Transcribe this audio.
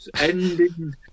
ending